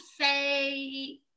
say